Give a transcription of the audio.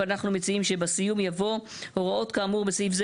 ואנחנו מציעים שבסיום יבוא "הוראות כאמור בסעיף זה